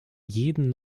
jeden